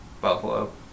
Buffalo